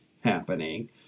happening